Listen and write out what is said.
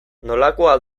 nolakoa